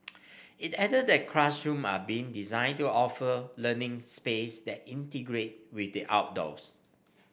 it added that classrooms are being designed to offer learning space that integrate with the outdoors